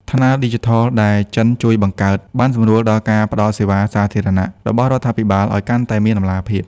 ថ្នាលឌីជីថលដែលចិនជួយបង្កើត បានសម្រួលដល់ការផ្ដល់សេវាសាធារណៈរបស់រដ្ឋាភិបាលឱ្យកាន់តែមានតម្លាភាព។